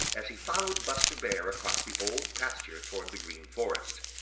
as he followed buster bear across the old pasture towards the green forest.